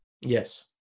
Yes